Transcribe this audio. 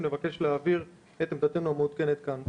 נבקש להעביר את עמדתנו המעודכנת כאן בקצרה.